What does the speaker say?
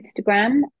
Instagram